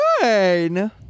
fine